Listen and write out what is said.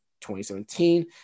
2017